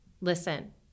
listen